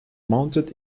mounted